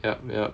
ya ya